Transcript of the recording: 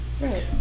Right